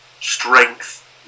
strength